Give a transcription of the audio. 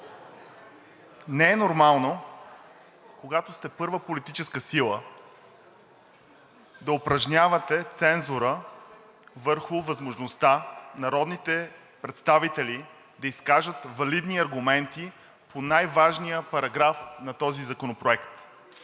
Не е нормално, когато сте първа политическа сила, да упражнявате цензура върху възможността народните представители да изкажат валидни аргументи по най-важния параграф на този законопроект.